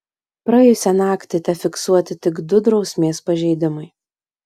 praėjusią naktį tefiksuoti tik du drausmės pažeidimai